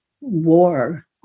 war